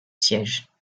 sièges